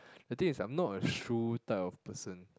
the thing is I am not a shoe type of person